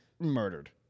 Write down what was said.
murdered